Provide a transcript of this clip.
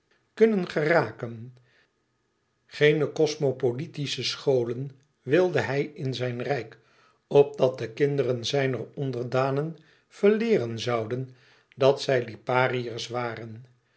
kunnen geraken eene cosmopolitische scholen wilde hij in zijn rijk opdat de kinderen zijner onderdanen verleeren zouden dat zij lipariërs waren